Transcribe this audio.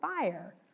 fire